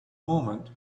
moment